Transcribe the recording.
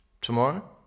Tomorrow